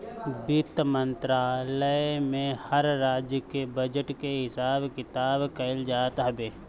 वित्त मंत्रालय में हर राज्य के बजट के हिसाब किताब कइल जात हवे